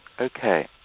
Okay